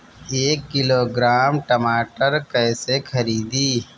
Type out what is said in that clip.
एक किलोग्राम टमाटर कैसे खरदी?